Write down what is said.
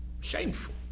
Shameful